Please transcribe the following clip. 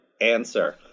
answer